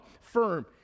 firm